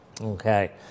Okay